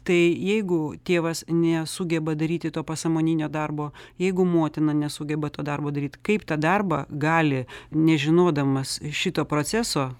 tai jeigu tėvas nesugeba daryti to pasąmoninio darbo jeigu motina nesugeba to darbo daryt kaip tą darbą gali nežinodamas šito proceso